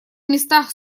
местах